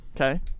Okay